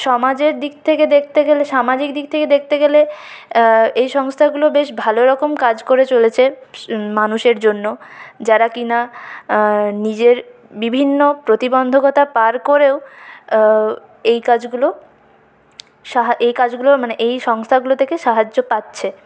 সমাজের দিক থেকে দেখতে গেলে সামাজিক দিক থেকে দেখতে গেলে এই সংস্থাগুলো বেশ ভালোরকম কাজ করে চলেছে মানুষের জন্য যারা কিনা নিজের বিভিন্ন প্রতিবন্ধকতা পার করেও এই কাজগুলো এই কাজগুলোর মানে এই সংস্থাগুলো থেকে সাহায্য পাচ্ছে